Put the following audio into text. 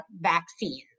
vaccines